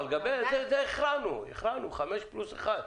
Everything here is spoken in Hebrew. בזה הכרענו, חמישה חודשים פלוס חודש אחד.